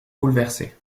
bouleversée